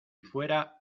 fuera